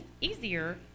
easier